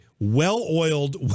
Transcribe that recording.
well-oiled